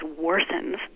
worsens